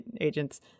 agents